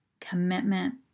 commitment